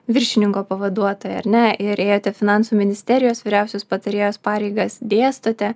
viršininko pavaduotoja ar ne ir ėjote finansų ministerijos vyriausios patarėjos pareigas dėstote